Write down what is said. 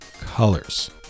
colors